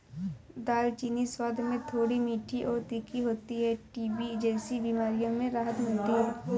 दालचीनी स्वाद में थोड़ी मीठी और तीखी होती है टीबी जैसी बीमारियों में राहत मिलती है